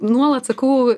nuolat sakau